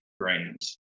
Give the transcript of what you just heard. grains